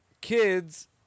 kids